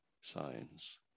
signs